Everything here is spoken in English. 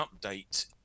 update